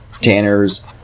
Tanners